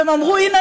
והם אמרו: הינה,